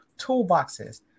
toolboxes